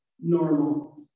Normal